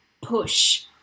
push